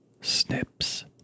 snips